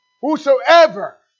Whosoever